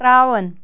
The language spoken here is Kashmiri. ترٛاوَن